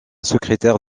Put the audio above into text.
secrétaire